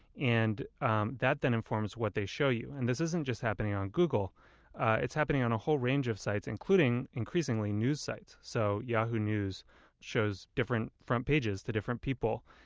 and um that then informs what they show you. and this isn't just happening on google it's happening on a whole range of sites, including increasingly news sites. so yahoo news shows different front pages to different people.